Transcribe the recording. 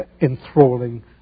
enthralling